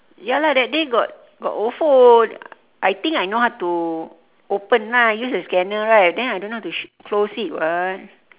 ya lah that day got got ofo I think I know how to open lah use the scanner right then I don't know how to sh~ close it [what]